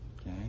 Okay